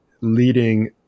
leading